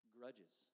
Grudges